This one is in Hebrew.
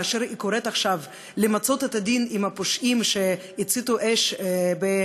כאשר היא קוראת עכשיו למצות את הדין עם הפושעים שהציתו אש בחיפה,